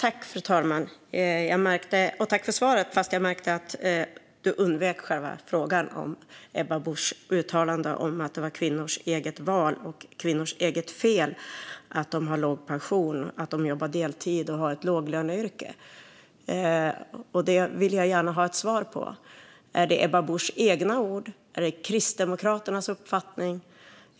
Fru talman! Jag tackar för svaret, fast jag märkte att Hampus Hagman undvek själva frågan om Ebba Buschs uttalande om att det var kvinnors eget val och eget fel att de har låg pension, jobbar deltid och har ett låglöneyrke. Jag vill gärna ha ett svar på den. Är det Ebba Buschs egna ord? Är det Kristdemokraternas uppfattning?